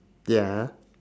ya ah